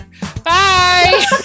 Bye